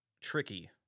tricky